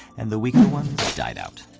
and the weaker ones died out.